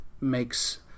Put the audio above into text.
makes